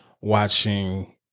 watching